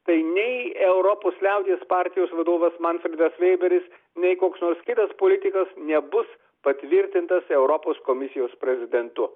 tai nei europos liaudies partijos vadovas manfredas vėberis nei koks nors kitas politikas nebus patvirtintas europos komisijos prezidentu